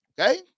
Okay